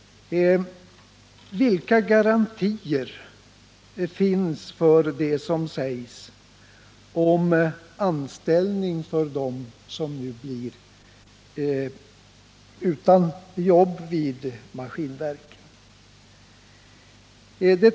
Vilka anställningsgarantier finns för dem som nu blir utan jobb vid Maskinverken?